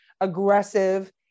aggressive